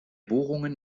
bohrungen